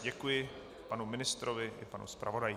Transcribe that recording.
Děkuji panu ministrovi i panu zpravodaji.